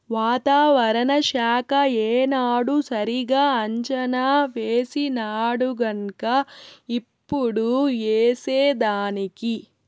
వాతావరణ శాఖ ఏనాడు సరిగా అంచనా వేసినాడుగన్క ఇప్పుడు ఏసేదానికి